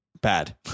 bad